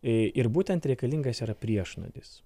ir būtent reikalingas yra priešnuodis